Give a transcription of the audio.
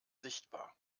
sichtbar